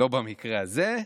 לא במקרה הזה.